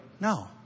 No